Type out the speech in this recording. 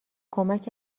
کمک